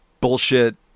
bullshit